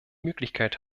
möglichkeit